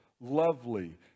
lovely